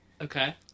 Okay